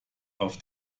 auf